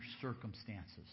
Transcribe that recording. circumstances